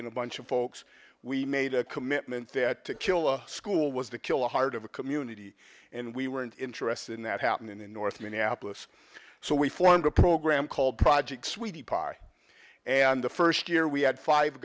in a bunch of folks we made a commitment that to kill a school was to kill a heart of a community and we weren't interested in that happen in north minneapolis so we formed a program called projects we and the first year we had five